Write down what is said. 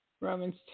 Romans